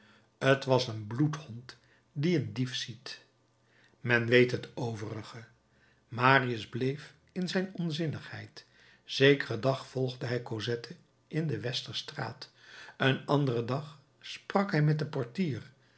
t was een bloedhond die een dief ziet men weet het overige marius bleef in zijn onzinnigheid zekeren dag volgde hij cosette in de westerstraat een anderen dag sprak hij met den portier